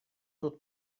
тут